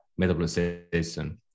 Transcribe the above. metabolization